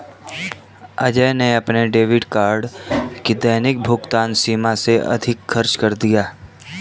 अजय ने अपने debit card की दैनिक भुगतान सीमा से अधिक खर्च कर दिया